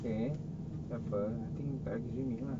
okay tak apa I think tak payah pergi swimming lah